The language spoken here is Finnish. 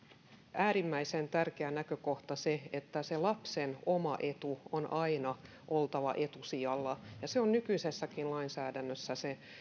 äärimmäisen tärkeä näkökohta se että lapsen oman edun on aina oltava etusijalla ja se on nykyisessäkin lainsäädännössä